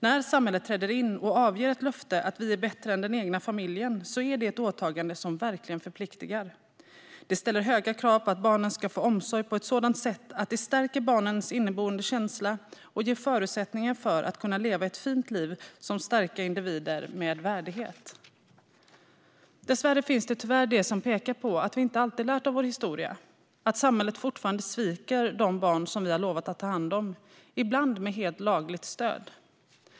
När samhället träder in och avger ett löfte om att det är bättre än den egna familjen är det ett åtagande som verkligen förpliktar. Det ställer höga krav på att barnen ska få omsorg på ett sådant sätt att det stärker barnens inneboende känsla och ger förutsättningar för att de ska kunna leva ett fint liv som starka individer med värdighet. Dessvärre finns det tyvärr det som pekar på att vi inte alltid lärt av vår historia och att samhället fortfarande sviker de barn som vi har lovat att ta hand om, ibland med helt lagligt stöd.